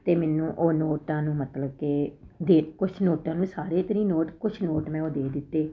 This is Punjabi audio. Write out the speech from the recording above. ਅਤੇ ਮੈਨੂੰ ਉਹ ਨੋਟਾਂ ਨੂੰ ਮਤਲਬ ਕਿ ਦੇ ਕੁਝ ਨੋਟਾਂ ਨੂੰ ਸਾਰੇ ਤਾਂ ਨਹੀਂ ਨੋਟ ਕੁਛ ਨੋਟ ਮੈਂ ਉਹ ਦੇ ਦਿੱਤੇ